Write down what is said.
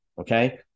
Okay